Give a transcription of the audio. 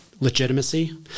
legitimacy